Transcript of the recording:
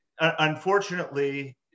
unfortunately